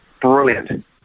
Brilliant